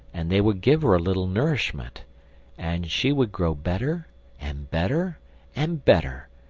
and they would give her a little nourishment and she would grow better and better and better,